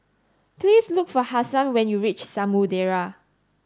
please look for Hasan when you reach Samudera